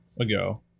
ago